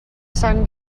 sant